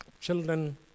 children